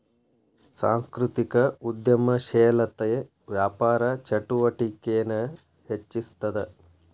ಸಾಂಸ್ಕೃತಿಕ ಉದ್ಯಮಶೇಲತೆ ವ್ಯಾಪಾರ ಚಟುವಟಿಕೆನ ಹೆಚ್ಚಿಸ್ತದ